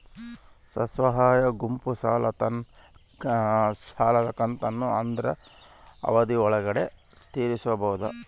ಸ್ವಸಹಾಯ ಗುಂಪು ಸಾಲದ ಕಂತನ್ನ ಆದ್ರ ಅವಧಿ ಒಳ್ಗಡೆ ತೇರಿಸಬೋದ?